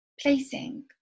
placing